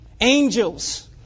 angels